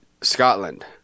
Scotland